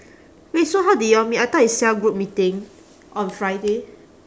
wait so how did you all meet I thought is cell group meeting on friday